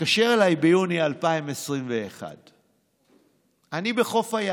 תתקשר אליי ביוני 2021. אני בחוף הים.